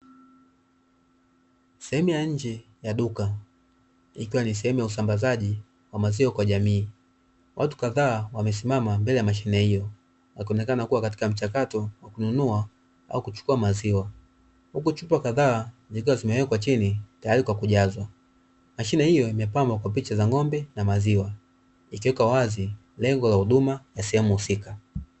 Sehemu ya nje ya duka ikiwa ni sehemu ya usambazaji wa maziwa kwa jamii. Watu kadhaa wamesimama mbele ya mashine hiyo, wakionekana kuwa wakiwa katika mchakato wa kununua au kuchukua maziwa, huku chupa kadhaa zikiwa zimewekwa chini tayari kwa kujazwa. Mshine hiyo imepambwa kwa picha za ng'ombe na maziwa, ikiweka wazi lengo la huduma ya sehemu husika.